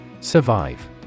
Survive